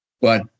But-